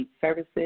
Services